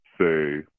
say